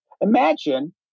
imagine